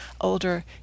older